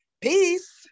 peace